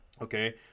Okay